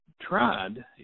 tried